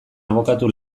abokatu